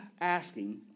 asking